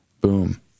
boom